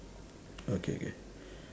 okay K